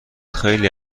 خیلی